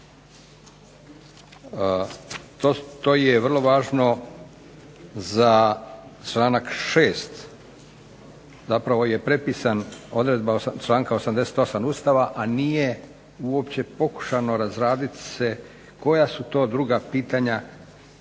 To je vrlo važno za članak 6., zapravo je prepisana odredba članka 88. Ustava, a nije uopće pokušano razraditi se koja su to druga pitanja,